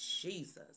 Jesus